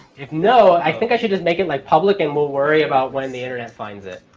if no, i think i should just make it like public and we'll worry about when the internet finds it.